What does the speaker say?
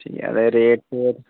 जैदा रेट